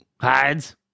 Hides